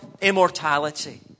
immortality